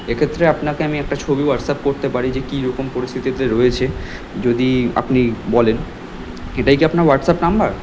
এক্ষেত্রে আপনাকে আমি একটা ছবি হোয়াটসঅ্যাপ করতে পারি যে কীরকম পরিস্থিতিতে রয়েছে যদি আপনি বলেন এটাই কি আপনার হোয়াটসঅ্যাপ নাম্বার